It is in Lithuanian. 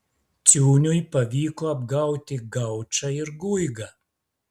ciūniui pavyko apgauti gaučą ir guigą